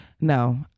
No